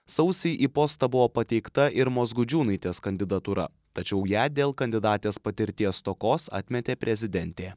sausį į postą buvo pateikta irmos gudžiūnaitės kandidatūra tačiau ją dėl kandidatės patirties stokos atmetė prezidentė